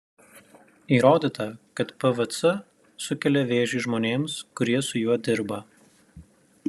įrodyta kad pvc sukelia vėžį žmonėms kurie su juo dirba